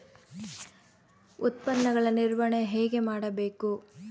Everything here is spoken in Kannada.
ಉತ್ಪನ್ನಗಳ ನಿರ್ವಹಣೆ ಹೇಗೆ ಮಾಡಬೇಕು?